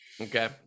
Okay